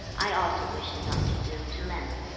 i also wish not to do to men